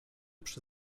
przy